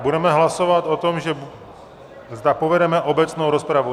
Budeme hlasovat o tom, zda povedeme obecnou rozpravu.